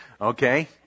Okay